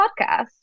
podcast